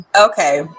Okay